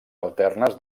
alternes